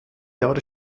jahre